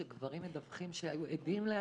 כשגברים מדווחים שהיו עדים להטרדה?